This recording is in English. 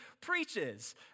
preaches